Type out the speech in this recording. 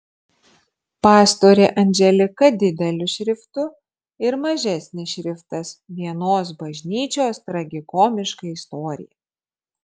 pastorė anželika dideliu šriftu ir mažesnis šriftas vienos bažnyčios tragikomiška istorija